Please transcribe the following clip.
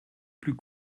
plus